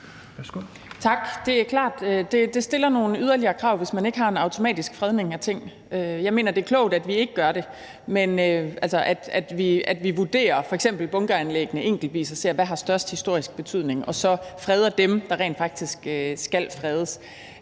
Tak. Det er klart, at det stiller nogle yderligere krav, hvis man ikke har en automatisk fredning af ting. Jeg mener, det er klogt, at vi ikke gør det, men at vi vurderer f.eks. bunkeranlæggene enkeltvis og ser, hvad der har størst historisk betydning, og så freder dem, der rent faktisk skal fredes.